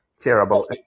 Terrible